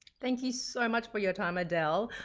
thank you so much for your time adele.